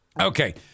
Okay